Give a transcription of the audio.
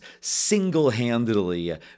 single-handedly